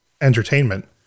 entertainment